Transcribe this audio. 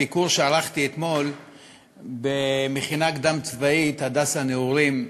ביקור שערכתי אתמול במכינה הקדם-צבאית "הדסה נעורים",